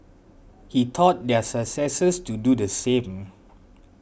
he taught their successors to do the same